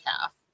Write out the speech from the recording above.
Half